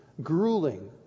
grueling